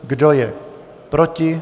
Kdo je proti?